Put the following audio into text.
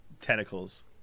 Tentacles